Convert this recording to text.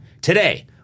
today